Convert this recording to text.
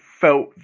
felt